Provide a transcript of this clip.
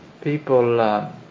people